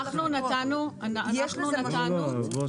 אנחנו נתנו כלי.